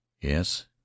Yes